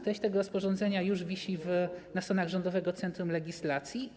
Treść tego rozporządzenia już jest widoczna na stronach Rządowego Centrum Legislacji.